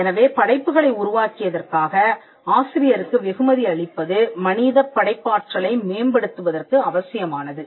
எனவே படைப்புகளை உருவாக்கியதற்காக ஆசிரியருக்கு வெகுமதி அளிப்பது மனிதப் படைப்பாற்றலை மேம்படுத்துவதற்கு அவசியமானது